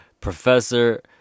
Professor